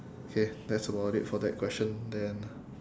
okay that's about it for that question then